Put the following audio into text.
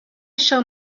shall